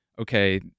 okay